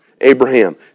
Abraham